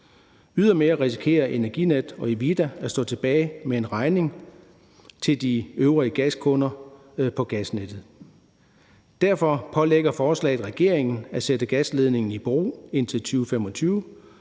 Ydermere risikerer Energinet og Evida at stå tilbage med en regning til de øvrige gaskunder på gasnettet. Derfor pålægger forslaget regeringen at sætte gasledningen i bero indtil 2025